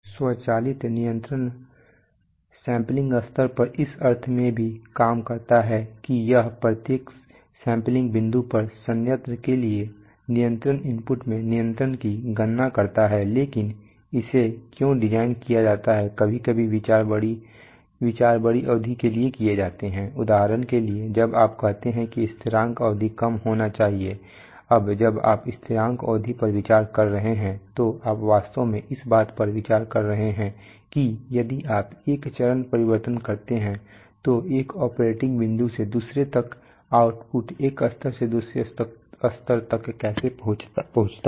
स्वचालित नियंत्रण सैंपल स्तर पर इस अर्थ में भी काम करता है कि यह प्रत्येक सैंपल बिंदु पर संयंत्र के लिए नियंत्रण इनपुट में नियंत्रण की गणना करता है लेकिन इसे क्यों डिज़ाइन किया गया है कभी कभी विचार बड़ी अवधि के लिए किए जाते हैं उदाहरण के लिए जब आप कहते हैं कि स्थिरांक अवधि कम होना चाहिए अब जब आप स्थिरांक अवधि पर विचार कर रहे हैं तो आप वास्तव में इस बात पर विचार कर रहे हैं कि यदि आप एक चरण परिवर्तन करते हैं तो एक ऑपरेटिंग बिंदु से दूसरे तक आउटपुट एक स्तर से दूसरे स्तर तक कैसे पहुंचता है